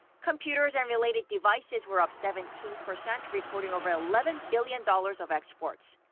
computers and related devices were up seventeen percent, recording over eleven billion dollars of exports.